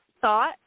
thought